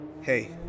Hey